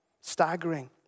Staggering